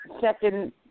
second